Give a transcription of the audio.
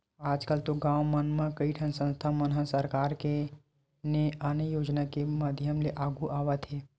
आजकल तो गाँव मन म कइठन संस्था मन ह सरकार के ने आने योजना के माधियम ले आघु आवत हे